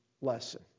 lesson